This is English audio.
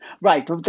Right